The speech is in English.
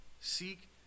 Seek